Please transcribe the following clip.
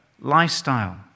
lifestyle